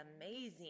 amazing